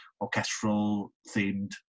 orchestral-themed